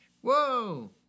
Whoa